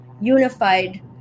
unified